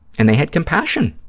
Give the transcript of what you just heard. and they had compassion,